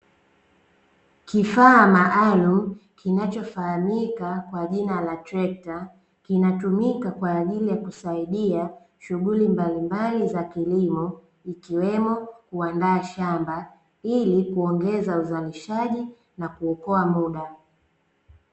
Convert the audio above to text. Kifaa maalumu kinachofahamika kwa jina la trekta, kinatumika kwa ajili ya kusaidia shughuli mbalimbali za kilimo, ikiwemo kuandaa shamba, ili kuongeza uzalishaji na kuokoa muda.